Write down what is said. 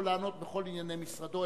יכול לענות בכל ענייני משרדו,